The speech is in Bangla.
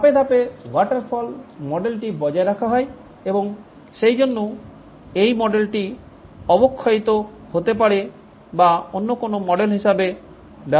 ধাপে ধাপে ওয়াটারফল মডেলটি বজায় রাখা হয় এবং সেইজন্য এই মডেলটি অবক্ষয়িত হতে পারে বা অন্য কোন মডেল হিসাবে ব্যবহার করা যেতে পারে